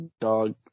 Dog